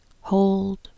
hold